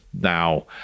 Now